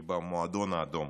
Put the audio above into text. היא במועדון האדום.